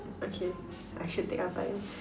okay I should take our time